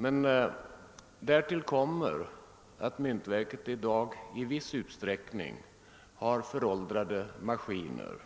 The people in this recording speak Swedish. Men myntverkel har i viss utsträckning föråldrade maskiner, och